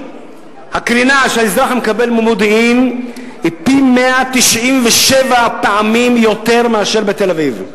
הקרינה שהאזרח מקבל במודיעין היא פי-197 מאשר בתל-אביב.